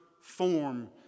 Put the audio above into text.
form